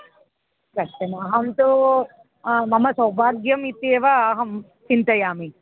अहं तु मम सौभाग्यम् इत्येव अहं चिन्तयामि